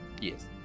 Yes